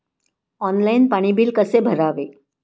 Online पाणी bill कसे भरावे?